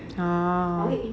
orh